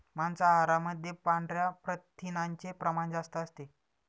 मांसाहारामध्ये पांढऱ्या प्रथिनांचे प्रमाण जास्त असते